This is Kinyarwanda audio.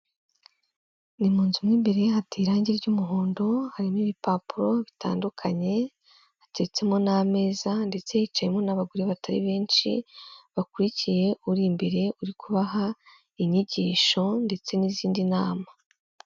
Ni mu nzu mo imwe imbere hateye irangi ry'umuhondo harimo ibipapuro bitandukanye hatetsemo n'ameza, ndetse hicayemo n'abagore batari benshi bakurikiye uri imbere uri kubaha inyigisho ndetse n'izindi nama.